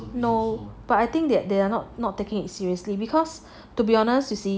no but I think that they are not not taking it seriously because to be honest you see